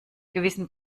gewissen